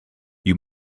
you